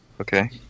Okay